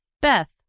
Beth